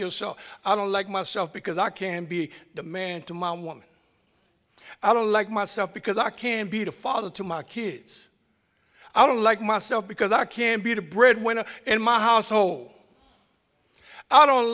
yourself i don't like myself because i can be the man to mom one i don't like myself because i can't be the father to my kids i don't like myself because i can't be the breadwinner in my household i don't